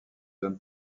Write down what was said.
hommes